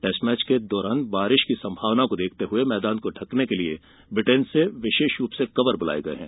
test match के दौरान बारिश की संभावना को देखते हुए मैदान को ढंकने के लिये ब्रिटेन से विशेष कवर ब्लाये गये हैं